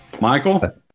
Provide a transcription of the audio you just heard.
Michael